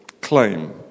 claim